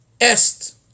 est